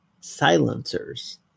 silencers